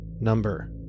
number